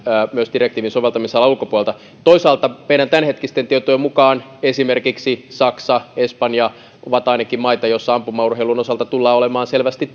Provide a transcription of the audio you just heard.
myös direktiivin soveltamisalan ulkopuolelta toisaalta meidän tämänhetkisten tietojen mukaan esimerkiksi saksa ja espanja ovat ainakin maita joissa ampumaurheilun osalta tullaan olemaan selvästi